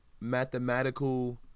mathematical